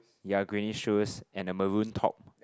ya greenish shoes and a maroon top